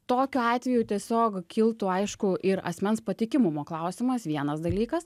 tokiu atveju tiesiog kiltų aišku ir asmens patikimumo klausimas vienas dalykas